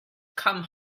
come